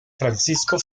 francisco